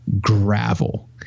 gravel